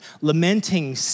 Lamenting